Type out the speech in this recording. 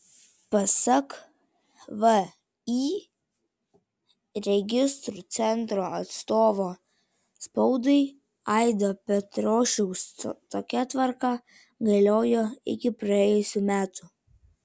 pasak vį registrų centro atstovo spaudai aido petrošiaus tokia tvarka galiojo iki praėjusių metų